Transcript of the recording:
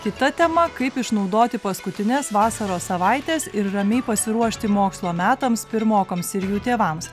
kita tema kaip išnaudoti paskutines vasaros savaites ir ramiai pasiruošti mokslo metams pirmokams ir jų tėvams